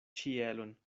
ĉielon